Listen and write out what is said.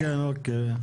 כן, כן, אוקיי.